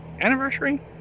anniversary